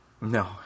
No